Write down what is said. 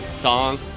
song